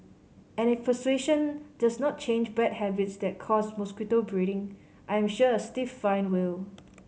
and if persuasion does not change bad habits that cause mosquito breeding I am sure a stiff fine will